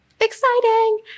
exciting